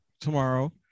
Tomorrow